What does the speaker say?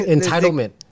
Entitlement